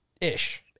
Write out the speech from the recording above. Ish